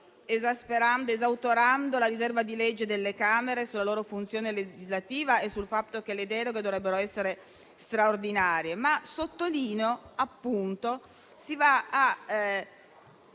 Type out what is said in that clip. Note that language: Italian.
esautorando la riserva di legge delle Camere sulla loro funzione legislativa e sul fatto che le deroghe dovrebbero essere straordinarie e, per un altro, si vanno